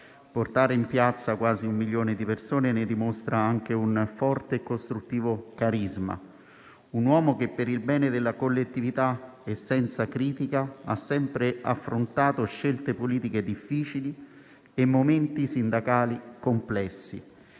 Portare in piazza quasi un milione di persone ne dimostra anche un forte e costruttivo carisma. È stato un uomo che, per il bene della collettività e senza critica, ha sempre affrontato scelte difficili e momenti sindacali complessi.